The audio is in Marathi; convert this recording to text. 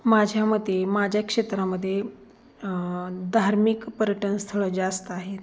माझ्या मते माझ्या क्षेत्रामदे धार्मिक पर्यटन स्थळं जास्त आहेत